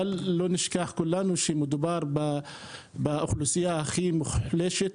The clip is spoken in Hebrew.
בל נשכח שמדובר באוכלוסייה הכי מוחלשת